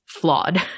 flawed